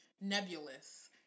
Nebulous